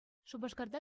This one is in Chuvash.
шупашкарта